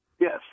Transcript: Yes